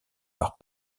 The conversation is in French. par